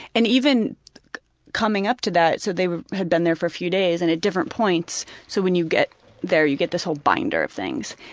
and even coming up to that so they had been there for a few days, and at different points so when you get there, you get this whole binder of things,